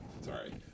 sorry